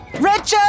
Richard